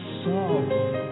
sorrow